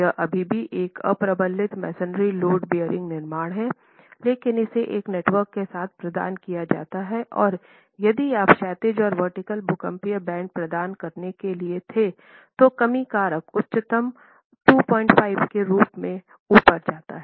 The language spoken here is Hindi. यह अभी भी एक अप्रबलित मैसनरी लोड बेअरिंग निर्माण है लेकिन इसे एक नेटवर्क के साथ प्रदान किया जाता है और यदि आप क्षैतिज और वर्टिकल भूकंपीय बैंड प्रदान करने के लिए थे तो कमी कारक उच्चतम 25 के रूप में ऊपर जाता है